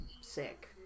sick